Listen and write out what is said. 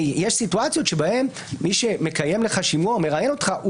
יש סיטואציות בהם מי שמקיים לך שימוע ומראיין אותך,